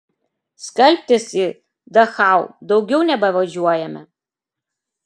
skalbtis į dachau daugiau nebevažiuojame